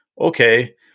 okay